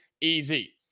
easy